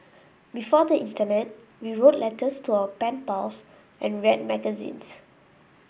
before the internet we wrote letters to our pen pals and read magazines